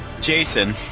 Jason